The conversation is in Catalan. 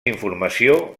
informació